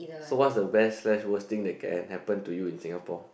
so what's the west slash worst thing can happen to you in Singapore